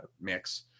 mix